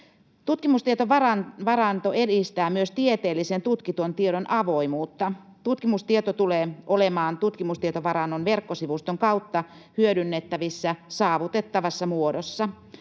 Tutkimustietovaranto edistää myös tieteellisen, tutkitun tiedon avoimuutta. Tutkimustieto tulee olemaan tutkimustietovarannon verkkosivuston kautta hyödynnettävissä saavutettavassa muodossa.